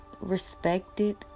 respected